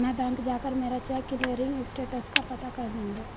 मैं बैंक जाकर मेरा चेक क्लियरिंग स्टेटस का पता कर लूँगा